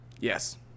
Yes